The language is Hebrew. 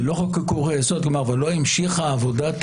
לא המשיכה עבודת